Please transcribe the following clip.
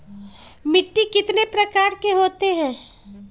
मिट्टी कितने प्रकार के होते हैं?